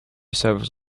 service